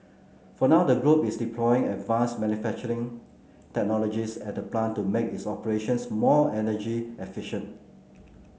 for now the group is deploying advanced manufacturing technologies at the plant to make its operations more energy efficient